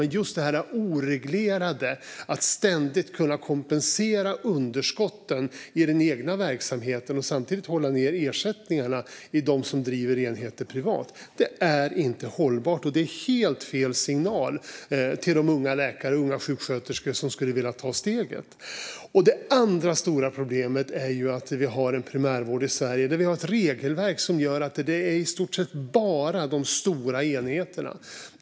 Men just detta oreglerade, att ständigt kunna kompensera underskotten i den egna verksamheten och samtidigt hålla nere ersättningarna till dem som driver enheter privat, är inte hållbart. Det är helt fel signal till de unga läkare och sjuksköterskor som skulle vilja ta steget. Det andra stora problemet är att vi har en primärvård i Sverige där vi har ett regelverk som gör att det i stort sett bara är stora enheter.